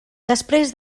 després